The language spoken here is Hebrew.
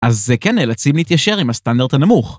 ‫אז זה כן נאלצים להתיישר ‫עם הסטנדרט הנמוך.